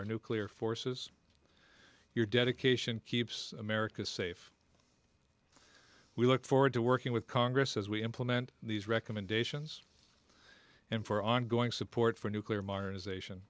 our nuclear forces your dedication keeps america safe we look forward to working with congress as we implement these recommendations and for ongoing support for nuclear modernization